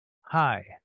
Hi